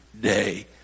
day